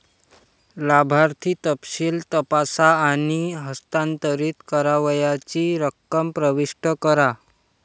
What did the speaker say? लाभार्थी तपशील तपासा आणि हस्तांतरित करावयाची रक्कम प्रविष्ट करा